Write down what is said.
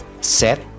Set